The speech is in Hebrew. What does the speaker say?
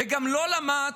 וגם לא למד